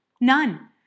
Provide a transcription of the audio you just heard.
None